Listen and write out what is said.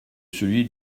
celui